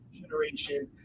generation